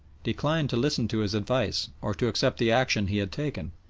declined to listen to his advice or to accept the action he had taken,